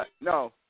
no